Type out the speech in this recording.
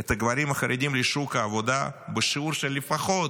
את הגברים החרדים לשוק העבודה בשיעור של לפחות,